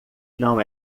não